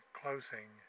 closing